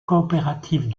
coopérative